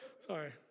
sorry